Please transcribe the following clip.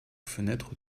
fenêtres